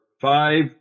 five